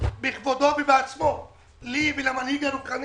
בכבודו ובעצמו אמר לי ולמנהיג הרוחני